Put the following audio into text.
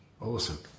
awesome